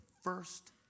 first